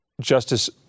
Justice